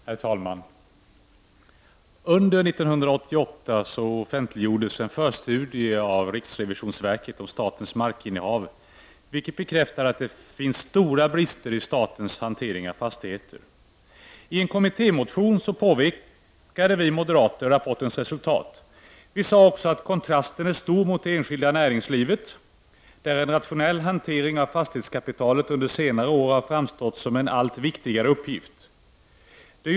Herr talman! Under 1988 offentliggjordes en förstudie av riksrevisionsverket, RRV, om statens markinnehav, vilken bekräftar att det finns stora brister i statens hantering av fastigheter. I en kommittémotion påpekade vi moderater rapportens resultat. Vi sade också att kontrasten är stor mot det enskilda näringslivet, där en rationell hantering av fastighetskapitalet under senare år har framstått som en allt viktigare uppgift.